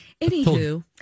Anywho